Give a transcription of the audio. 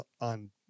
on